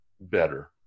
better